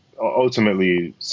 ultimately